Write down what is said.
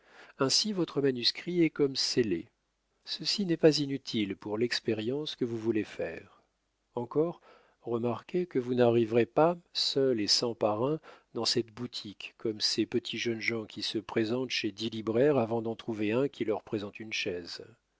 ainsi votre manuscrit est comme scellé ceci n'est pas inutile pour l'expérience que vous voulez faire encore remarquez que vous n'arriverez pas seul et sans parrain dans cette boutique comme ces petits jeunes gens qui se présentent chez dix libraires avant d'en trouver un qui leur présente une chaise